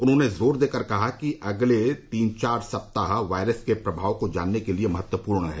उन्होंने जोर देकर कहा कि अगले तीन चार सप्ताह वायरस के प्रभाव को जानने के लिए महत्वपूर्ण हैं